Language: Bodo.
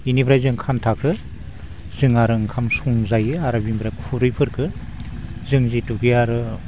बेनिफ्राय जों खान्थाखौ जों आरो ओंखाम संजायो आरो बेनिफ्राय खुरैफोरखौ जों जिथुखे आरो